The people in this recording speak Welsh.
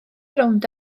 rownd